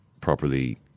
properly